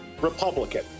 Republican